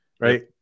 right